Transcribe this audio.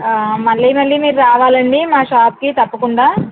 మళ్ళీ మళ్ళీ మీరు రావాలండి మా షాప్కి తప్పకుండా